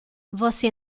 você